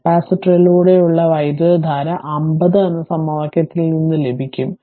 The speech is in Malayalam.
കപ്പാസിറ്ററിലൂടെയുള്ള വൈദ്യുതധാര 50 എന്ന സമവാക്യത്തിൽ നിന്ന് ലഭിക്കും